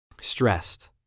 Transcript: stressed